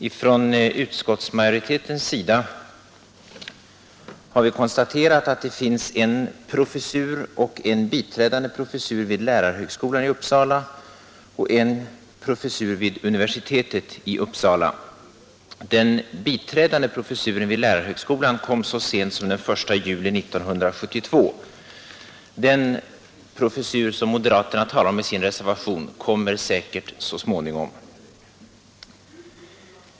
Inom utskottsmajoriteten har vi konstaterat att det i Uppsala finns en professur och en biträdande professur vid lärarhögskolan och en professur vid universitetet. Den biträdande professuren vid lärarhögskolan tillkom så sent som den 1 juli 1972. Den professur som moderaterna talar om i sin reservation kommer säkert så småningom.